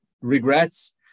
Regrets